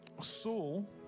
Saul